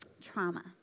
trauma